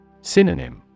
Synonym